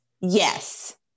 Yes